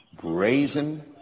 brazen